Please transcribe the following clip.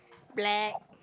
black